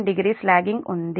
870 logging ఉంది